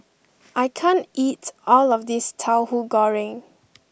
I can't eat all of this Tahu Goreng